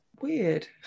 weird